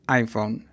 iPhone